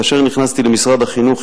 כאשר נכנסתי למשרד החינוך,